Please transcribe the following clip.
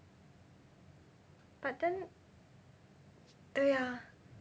but then 对 ah